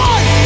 One